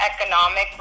economic